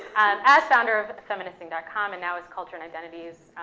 as founder of feministing com, and now has culture in identities